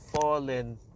fallen